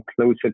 closer